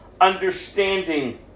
understanding